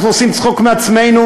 אנחנו עושים צחוק מעצמנו,